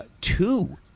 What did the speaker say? Two